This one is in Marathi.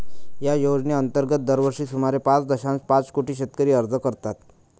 या योजनेअंतर्गत दरवर्षी सुमारे पाच दशांश पाच कोटी शेतकरी अर्ज करतात